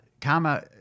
karma